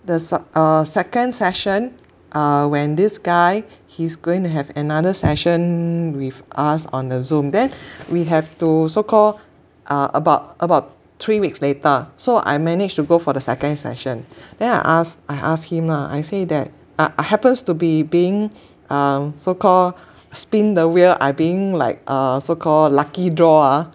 there's a second session uh when this guy he's going to have another session with us on the Zoom then we have to so called uh about about three weeks later so I managed to go for the second session then I ask I ask him lah I say that uh happens to be being um so called spin the wheel I being like a so called lucky draw ah